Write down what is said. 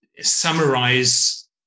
summarize